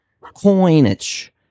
coinage